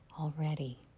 already